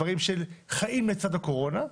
דברים שחיים לצד הקורונה,